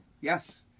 Yes